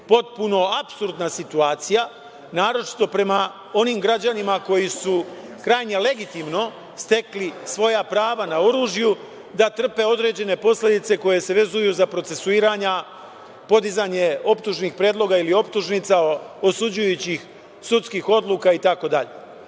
potpuno apsurdna situacija, naročito prema onim građanima koji su krajnje legitimno stekli svoja prava na oružju, da trpe određene posledice koje se vezuju za procesuiranja, podizanja optužnih predloga ili optužnica, osuđujućih sudskih odluka i